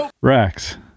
Rex